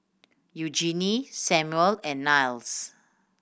Eugenie Samual and Niles